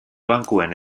bankuen